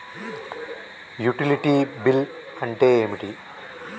Utility bill అంటే ఏంటిది?